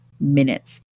minutes